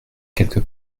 quelque